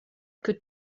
que